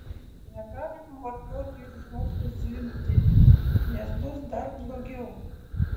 negalima vartoti ir žodžio zvimbti nes bus dar blogiau